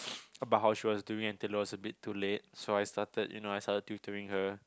about how she was doing until it was a bit too late so I started you know I started tutoring her